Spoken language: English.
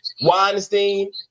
Weinstein